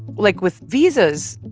like, with visas,